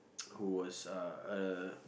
who was uh a